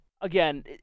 again